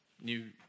New